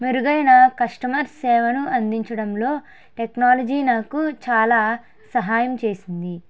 మెరుగైన కస్టమర్స్ సేవను అందించడంలో టెక్నాలజీ నాకు చాలా సహాయం చేసింది